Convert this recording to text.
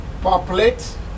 Populate